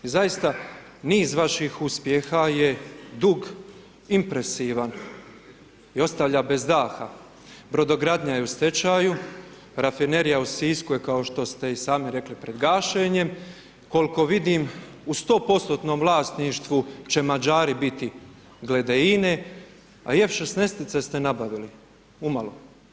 I zaista, niz vaših uspjeha je dug, impresivan i ostavlja bez daha, Brodogradnja je u stečaju, Rafinerija u Sisku je, kao što ste i sami rekli, pred gašenjem, koliko vidim u 100%-tnom vlasništvu će Mađari biti glede INA-e, a i F-16-ice ste nabavili, umalo.